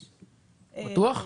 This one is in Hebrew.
בטוח?